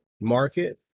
market